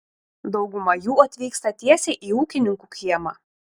dauguma jų atvyksta tiesiai į ūkininkų kiemą